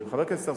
חברת הכנסת זועבי,